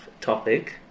topic